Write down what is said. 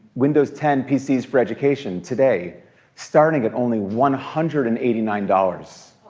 windows ten pcs for education today starting at only one hundred and eighty nine dollars.